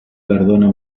cardona